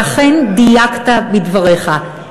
ואכן דייקת בדבריך.